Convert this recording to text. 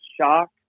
shock